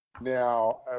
Now